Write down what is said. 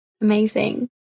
Amazing